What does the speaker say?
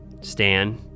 Stan